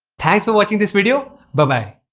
thanks for watching this video babye